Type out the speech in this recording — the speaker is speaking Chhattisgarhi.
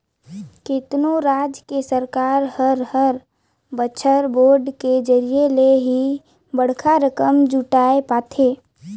केतनो राज के सरकार हर हर बछर बांड के जरिया ले ही बड़खा रकम जुटाय पाथे